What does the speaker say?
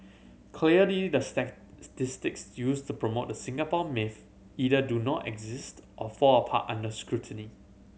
clearly the used to promote the Singapore myth either do not exist or fall apart under scrutiny